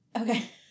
Okay